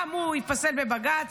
גם הוא ייפסל בבג"ץ.